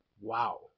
wow